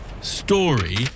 story